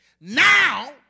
now